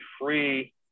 free